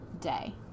day